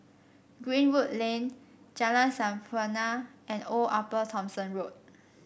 Greenwood Lane Jalan Sampurna and Old Upper Thomson Road